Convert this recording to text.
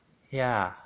ya